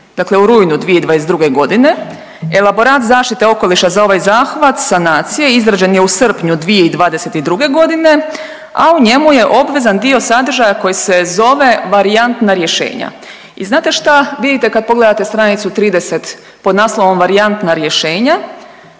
dakle u rujnu 2022. godine, elaborat zaštite okoliša za ovaj zahvat sanacije izrađen je u srpnju 2022. godine, a u njemu je obvezan dio sadržaja koji se zove varijantna rješenja. I znate šta vidite kad pogledate stranicu 30 pod naslovom varijantna rješenja,